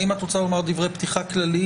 האם את רוצה לומר דברי פתיחה כלליים?